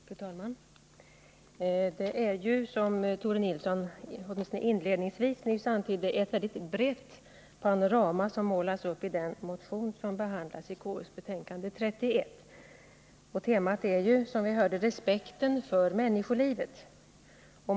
Fru talman! Det är ju, som Tore Nilsson inledningsvis antydde, ett mycket brett panorama som målats upp i den motion som behandlas i konstitutionsutskottets betänkande nr 31. Temat är, som vi hörde, respekten för människolivet.